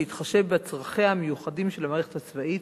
בהתחשב בצרכיה המיוחדים של המערכת הצבאית,